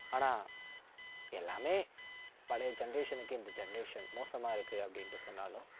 ஆனால் எல்லாமே பழைய ஜென்ரேஷனுக்கு இந்த ஜென்ரேஷன் மோசமாக இருக்குது அப்படின்ட்டு சொன்னாலும்